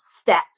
step